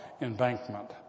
embankment